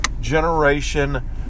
Generation